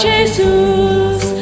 Jesus